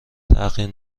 تحقیر